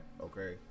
Okay